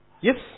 Yes